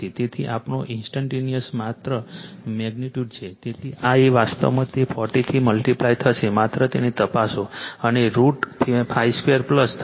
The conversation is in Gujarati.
તેથી આપણો ઇન્ટરેસ્ટ માત્ર મેગ્નિટ્યુડ છે તેથી આ એક વાસ્તવમાં તે 40 થી મલ્ટીપ્લાય થશે માત્ર તેને તપાસો અને √5 2 31